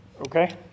Okay